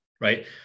right